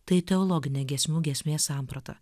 tai teologinė giesmių giesmės samprata